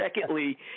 Secondly